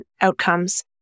outcomes